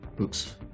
Oops